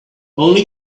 only